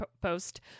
Post